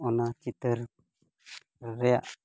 ᱚᱱᱟ ᱪᱤᱛᱟᱹᱨ ᱨᱮᱭᱟᱜ